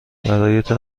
برایت